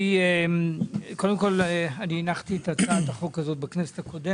אני הנחתי את הצעת החוק הזו בכנסת הקודמת.